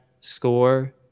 score